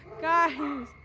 guys